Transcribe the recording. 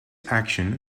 action